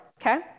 okay